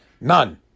None